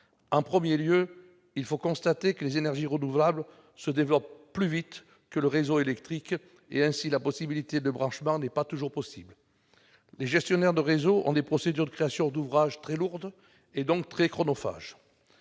d'abord, il faut constater que les énergies renouvelables se développent plus vite que le réseau électrique ; ainsi, la possibilité de branchement n'est pas toujours possible. Ensuite, les gestionnaires de réseau ont des procédures de création d'ouvrages très lourdes, et donc très chronophages.